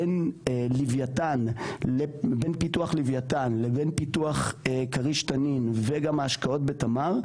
בין פיתוח לווייתן לבין פיתוח כריש-תנין וגם ההשקעות בתמר,